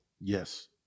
Yes